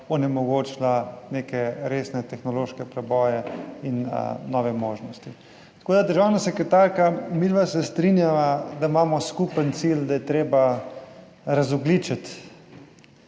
onemogočila neke resne tehnološke preboje in nove možnosti. Državna sekretarka, midva se strinjava, da imamo skupen cilj, da je treba razogljičiti